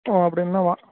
ஓ அப்படின்னா வா